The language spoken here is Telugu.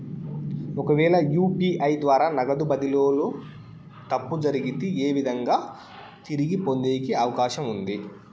ఒకవేల యు.పి.ఐ ద్వారా నగదు బదిలీలో తప్పు జరిగితే, ఏ విధంగా తిరిగి పొందేకి అవకాశం ఉంది?